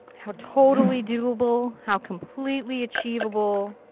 how totally doable. how completely achievable.